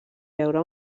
veure